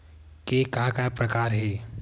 के का का प्रकार हे?